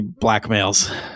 blackmails